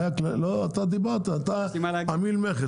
אם זה מגיע ממפעל